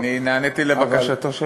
אני נעניתי לבקשתו של,